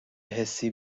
حسی